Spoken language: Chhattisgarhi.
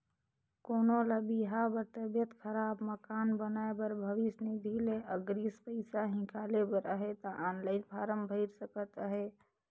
कोनो ल बिहा बर, तबियत खराब, मकान बनाए बर भविस निधि ले अगरिम पइसा हिंकाले बर अहे ता ऑनलाईन फारम भइर सकत अहे